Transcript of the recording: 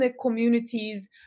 communities